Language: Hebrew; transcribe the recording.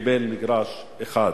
קיבל מגרש אחד.